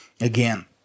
Again